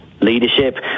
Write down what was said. leadership